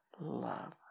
love